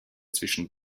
zwischen